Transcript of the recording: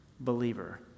Believer